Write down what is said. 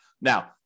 Now